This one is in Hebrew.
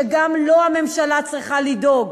שגם לו הממשלה צריכה לדאוג